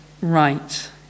right